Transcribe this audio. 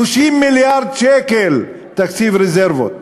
30 מיליארד שקל תקציב רזרבות,